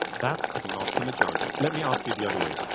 that's not the majority. let me ask you the other way.